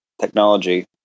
technology